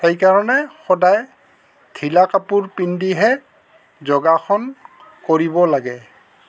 সেইকাৰণে সদায় ঢিলা কাপোৰ পিন্ধিহে যোগাসন কৰিব লাগে